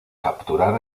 capturar